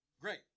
great